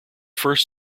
first